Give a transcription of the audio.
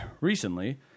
recently